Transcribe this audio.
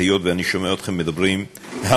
היות שאני שומע אתכם מדברים המון